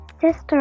Sister